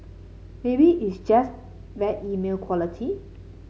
maybe it's just bad email quality